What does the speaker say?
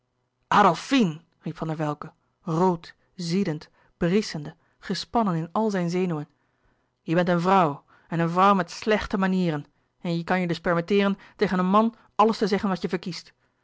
adolfine riep van der welcke rood ziedend brieschende gespannen in al zijne zenuwen je bent een vrouw en een vrouw met slechte manieren en je kan je dus permetteeren tegen een man alles te zeggen wat je verkiest